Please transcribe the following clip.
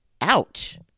Ouch